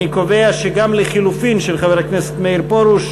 אני קובע שגם לחלופין של חבר הכנסת פרוש,